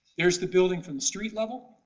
there's the building from the street level,